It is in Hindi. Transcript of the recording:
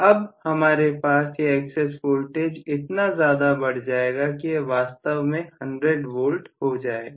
अब हमारे पास यह एक्सेस वोल्टेज इतना ज्यादा बढ़ जाएगा कि यह वास्तव में 100V हो जाएगा